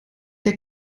der